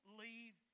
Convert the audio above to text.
leave